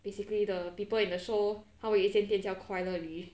basically the people in the show 他们有一间店叫快乐里